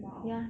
!wow!